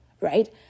right